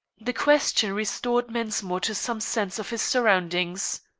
the question restored mensmore to some sense of his surroundings.